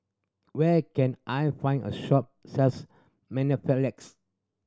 where can I find a shop sells